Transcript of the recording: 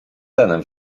cenę